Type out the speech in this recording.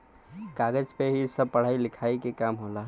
कागज पे ही सब पढ़ाई लिखाई के काम होला